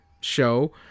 show